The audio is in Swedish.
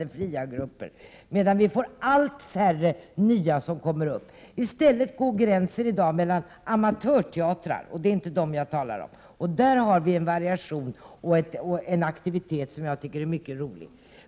4 . defria grupper, medan det är allt färre nya grupper som dyker upp. I dag går gränsen i stället vid amatörteatrarna, och det är inte dessa jag talar om. Hos dessa finns det en variation och en aktivitet som jag tycker är mycket rolig.